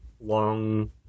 long